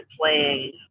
playing